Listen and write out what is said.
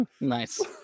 Nice